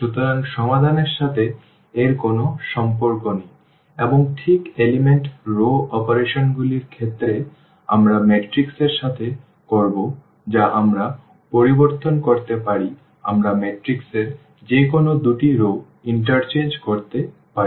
সুতরাং সমাধান এর সাথে এর কোনো সম্পর্ক নেই এবং ঠিক উপাদান রও অপারেশনগুলির ক্ষেত্রে আমরা ম্যাট্রিক্স এর সাথে করব যা আমরা পরিবর্তন করতে পারি আমরা ম্যাট্রিক্স এর যেকোনো দুটি রও বিনিময় করতে পারি